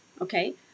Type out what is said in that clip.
okay